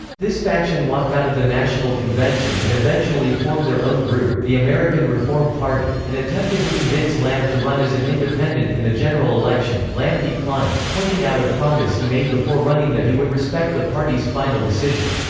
this faction walked out of the national convention and eventually formed their own group, the american reform party, and attempted to convince lamm to run as an independent in the general election lamm declined, pointing out a promise he made before running that he would respect the party's final decision.